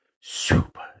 super